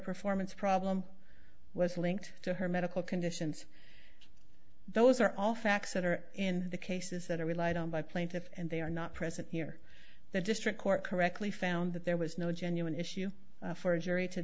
performance problem was linked to her medical conditions those are all facts that are in the cases that are relied on by plaintiff and they are not present here the district court correctly found that there was no genuine issue for a jury to